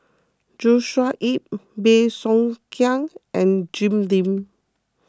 Joshua Ip Bey Soo Khiang and Jim Lim